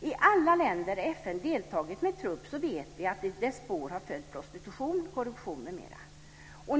I alla länder där FN deltagit med trupp vet vi att i dess spår har följt prostitution, korruption m.m.